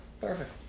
Perfect